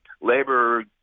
Labor